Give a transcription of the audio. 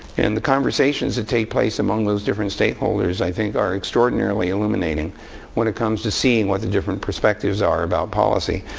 and the conversations that take place among those different stakeholders, i think, are extraordinarily illuminating when it comes to seeing what the different perspectives are about policy.